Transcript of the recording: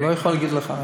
אני לא יכול להגיד לך.